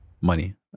money